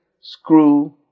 screw